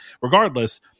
regardless